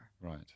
Right